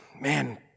man